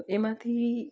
તો એમાંથી